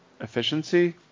efficiency